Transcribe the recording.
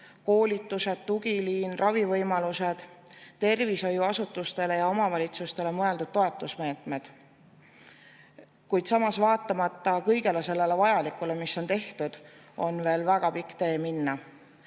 koolitused, tugiliin, ravivõimalused, tervishoiuasutustele ja omavalitsustele mõeldud toetusmeetmed. Kuid samas, vaatamata kõigele sellele vajalikule, mis on tehtud, on veel väga pikk tee minna,